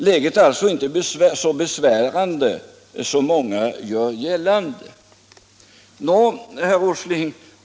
Läget är alltså inte så besvärande som många gör gällande.